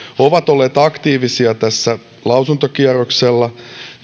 ovat olleet aktiivisia tässä lausuntokierroksella